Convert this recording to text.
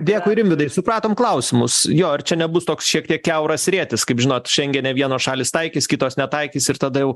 dėkui rimvydai ir supratom klausimus jo ar čia nebus toks šiek tiek kiauras rėtis kaip žinot šengene vienos šalys taikys kitos netaikys ir tada jau